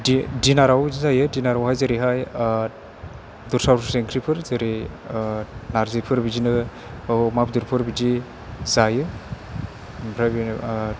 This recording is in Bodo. दिनारावबो बिदिनो जायो दिनारावहाय जेरैहाय दस्रा दस्रि ओंख्रिफोर जेरै नार्जिफोर बिदिनो अमा बेदरफोर बिदि जायो ओमफ्राय बेनो